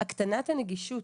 הקטנת הנגישות,